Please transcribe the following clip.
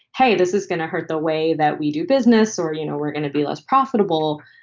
hey, this is going to hurt the way that we do business or, you know, we're going to be less profitable.